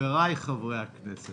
חבריי חברי הכנסת.